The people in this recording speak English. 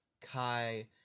kai